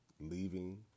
Leaving